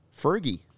Fergie